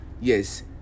yes